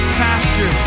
pasture